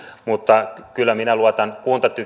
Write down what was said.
mutta kyllä minä luotan